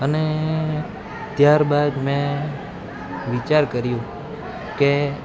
અને ત્યાર બાદ મેં વિચાર કર્યો કે